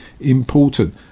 important